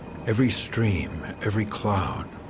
every stream, every cloud,